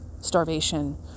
starvation